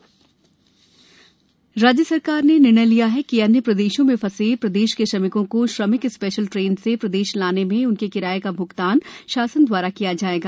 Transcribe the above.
train किराया प्रदेश सरकार ने निर्णय लिया है कि अन्य प्रदेशों में फंसे प्रदेश के श्रमिकों को श्रमिक स्पेशल ट्रेन से प्रदेश लाने में उनके किराये का भ्गतान शासन द्वारा किया जायेगा